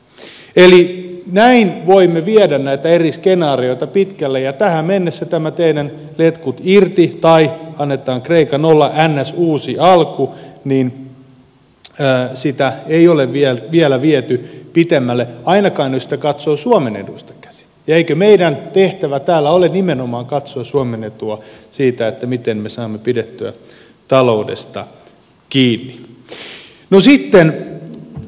eli näin voimme viedä näitä eri skenaarioita pitkälle ja tähän mennessä tämä teidän letkut irti tai annetaan kreikan olla niin sanottu uusi alku sitä ole vielä viety pitemmälle ainakaan jos sitä katsoo suomen eduista käsin ja eikö meidän tehtävämme täällä ole nimenomaan katsoa suomen etua siinä miten me saamme pidettyä taloudesta kiinni